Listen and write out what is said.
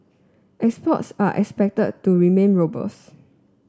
exports are expected to remain robust